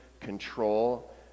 control